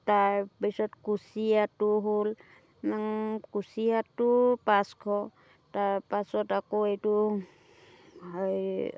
তাৰপিছত কুছিয়াটো হ'ল কুছিয়াটো পাঁচশ তাৰ পাছত আকৌ এইটো হেৰি